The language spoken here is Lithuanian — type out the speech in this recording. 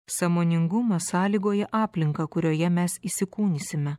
sąmoningumas sąlygoja aplinką kurioje mes įsikūnysime